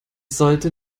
sollte